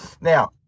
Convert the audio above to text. now